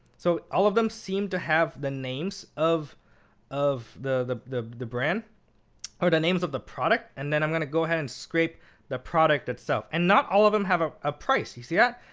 so all of them seem to have the names of of the the brand or the names of the product. and then i'm going to go ahead and scrape the product itself. and not all of them have a ah price. you see that?